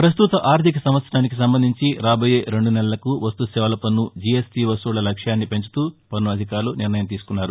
పస్తుత ఆర్థిక సంవత్సరానికి సంబంధించి రాబోయే రెండు నెలలకు వస్తుసేవల పన్ను జీఎస్టీ వసూళ్ల లక్ష్యాన్ని పెంచుతూ పన్ను అధికారులు నిర్ణయం తీసుకున్నారు